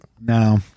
No